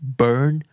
burn